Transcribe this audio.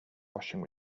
washing